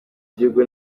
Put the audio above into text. gihugu